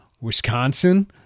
Wisconsin